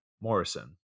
Morrison